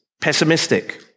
pessimistic